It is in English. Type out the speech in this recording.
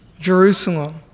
Jerusalem